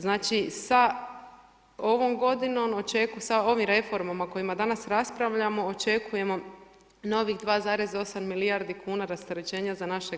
Znači sa ovom g. sa ovim reformama o kojima danas raspravljamo očekujemo novih 2,8 milijardi kn rasterećenja za naše